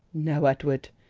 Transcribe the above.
no, edward,